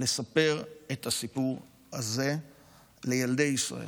לספר את הסיפור הזה לילדי ישראל.